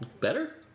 Better